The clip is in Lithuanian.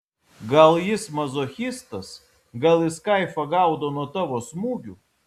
gal jis mazochistas gal jis kaifą gaudo nuo tavo smūgių